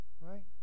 right